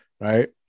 right